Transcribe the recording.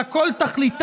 אלא כל תכליתן,